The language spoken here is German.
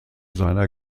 seiner